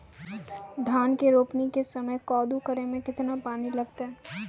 धान के रोपणी के समय कदौ करै मे केतना पानी लागतै?